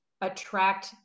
attract